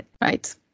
right